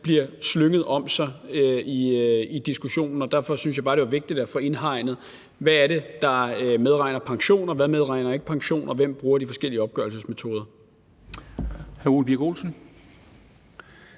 bliver slynget rundt i diskussionen. Derfor syntes jeg bare, det var vigtigt at få indhegnet, hvad det er, der medregner pension, hvad der ikke medregner pension, og hvem der bruger de forskellige opgørelsesmetoder.